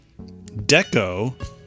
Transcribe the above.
Deco